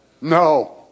No